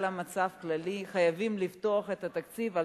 המצב הכללי חייבים לפתוח את תקציב 2012,